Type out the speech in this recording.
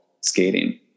skating